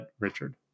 Richard